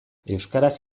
euskaraz